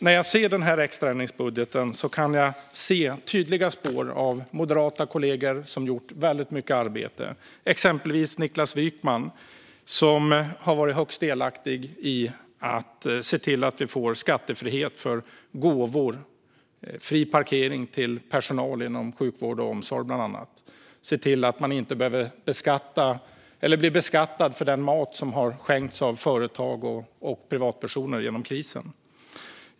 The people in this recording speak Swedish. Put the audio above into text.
När jag ser denna extra ändringsbudget kan jag se tydliga spår av moderata kollegor som gjort väldigt mycket arbete, exempelvis Niklas Wykman som har varit högst delaktig i att se till att vi får skattefrihet för gåvor och fri parkering för personal inom sjukvård och omsorg och en befrielse från att bli beskattad för den mat som har skänkts av företag och privatpersoner genom krisen.